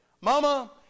Mama